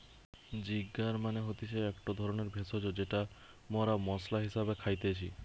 ginger মানে হতিছে একটো ধরণের ভেষজ যেটা মরা মশলা হিসেবে খাইতেছি